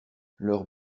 leurs